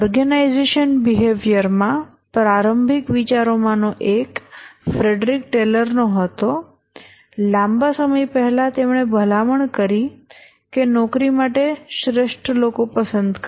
organisation behaviour માં પ્રારંભિક વિચારોમાંનો એક ફ્રેડરિક ટેલરનો હતો લાંબા સમય પહેલા તેમણે ભલામણ કરી કે નોકરી માટે શ્રેષ્ઠ લોકો પસંદ કરો